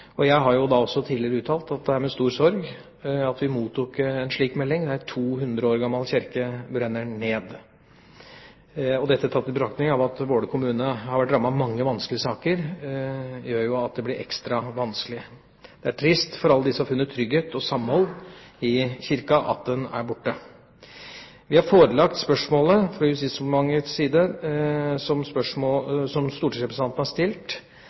Jeg har også tidligere uttalt at det er med stor sorg vi mottok meldingen om at den 200 år gamle kirken var brent ned. Tatt i betraktning at Våler kommune har vært rammet av mange vanskelige saker, blir dette ekstra vanskelig. Det er trist for alle de som har funnet trygghet og samhold i kirken, at den er borte. Fra Justisdepartementets side har vi forelagt spørsmålet som stortingsrepresentanten har stilt, for Politidirektoratet og fått følgende opplysninger fra politimesteren i Hedmark, som